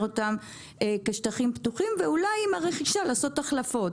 אותן כשטחים פתוחים ואולי עם הרכישה לעשות החלפות?